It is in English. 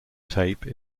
tape